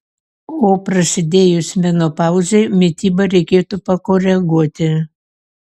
o prasidėjus menopauzei mitybą reikėtų pakoreguoti